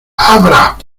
abra